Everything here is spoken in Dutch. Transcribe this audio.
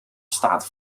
staat